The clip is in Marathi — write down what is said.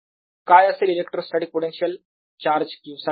काय असेल इलेक्ट्रोस्टॅटीक पोटेन्शिअल चार्ज q साठी